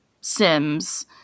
sims